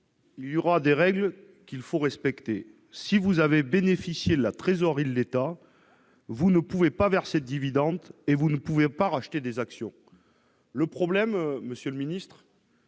Il y aura des règles qu'il faut respecter. Si vous avez bénéficié de la trésorerie de l'État, vous ne pouvez pas verser de dividendes et vous ne pouvez pas racheter des actions », avait dit Bruno Le Maire.